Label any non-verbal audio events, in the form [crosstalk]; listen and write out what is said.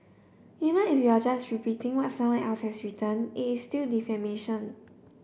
[noise] even if you are just repeating what someone else has written it's still defamation